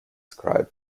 scribe